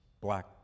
black